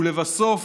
ולבסוף,